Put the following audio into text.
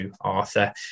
Arthur